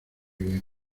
bien